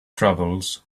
travels